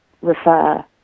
refer